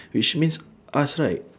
which means us right